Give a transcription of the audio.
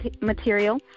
material